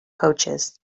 coaches